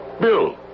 Bill